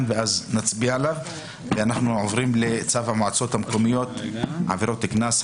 ובינתיים נעבור לצו המועצות המקומיות (עבירות קנס),